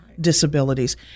disabilities